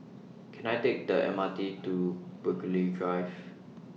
Can I Take The M R T to Burghley Drive